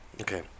Okay